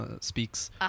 speaks